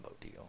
deal